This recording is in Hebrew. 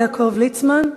יעקב ליצמן,